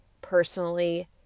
personally